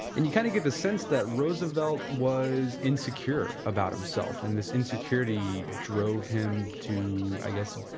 and you kind of give the sense that roosevelt was insecure about himself and this insecurity drove him to, i guess,